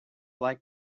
like